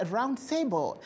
Roundtable